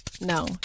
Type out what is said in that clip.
no